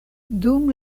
dum